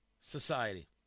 society